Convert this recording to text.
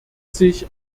sich